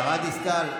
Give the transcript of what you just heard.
השרה דיסטל,